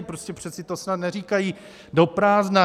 Prostě přece to snad neříkají do prázdna.